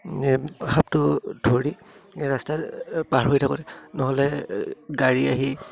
সাপটো ধৰি ৰাস্তাত পাৰ হৈ থাকোঁতে নহ'লে গাড়ী আহি